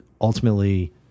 ultimately